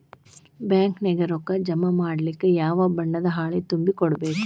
Bank ನ್ಯಾಗ ರೊಕ್ಕಾ ಜಮಾ ಮಾಡ್ಲಿಕ್ಕೆ ಯಾವ ಬಣ್ಣದ್ದ ಹಾಳಿ ತುಂಬಿ ಕೊಡ್ಬೇಕು?